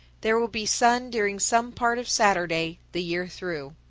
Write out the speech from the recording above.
there will be sun during some part of saturday the year through.